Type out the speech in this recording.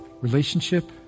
Relationship